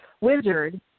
wizard